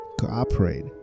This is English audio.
cooperate